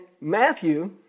Matthew